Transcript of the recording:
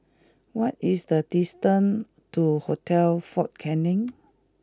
what is the distance to Hotel Fort Canning